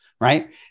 right